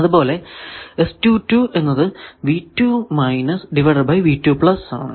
അതുപോലെ ഇവിടെ ആണ്